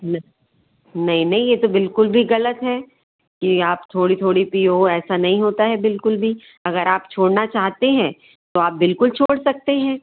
नहीं नहीं नहीं ये तो बिल्कुल भी ग़लत है कि आप थोड़ी थोड़ी पियो ऐसा नहीं होता है बिल्कुल भी अगर आप छोड़ना चाहते हैं तो आप बिल्कुल छोड़ सकते हैं